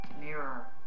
Mirror